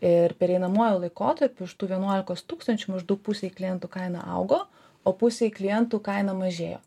ir pereinamuoju laikotarpiu iš tų vienuolikos tūkstančių maždaug pusei klientų kaina augo o pusei klientų kaina mažėjo